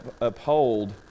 uphold